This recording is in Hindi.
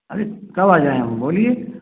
अरे कब आ जाएं हम बोलिए